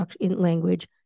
language